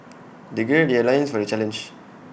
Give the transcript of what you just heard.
they gird their loins for the challenge